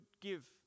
give